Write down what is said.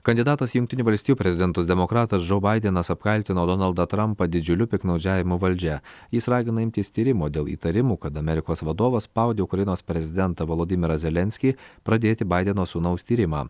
kandidatas į jungtinių valstijų prezidentus demokratas džo baidenas apkaltino donaldą trampą didžiuliu piktnaudžiavimu valdžia jis ragina imtis tyrimo dėl įtarimų kad amerikos vadovas spaudė ukrainos prezidentą volodymyrą zelenskį pradėti baideno sūnaus tyrimą